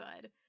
good